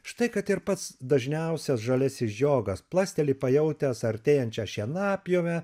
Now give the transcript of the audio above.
štai kad ir pats dažniausias žaliasis žiogas plasteli pajautęs artėjančią šienapjovę